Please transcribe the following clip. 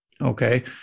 Okay